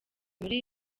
muri